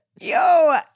Yo